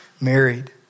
married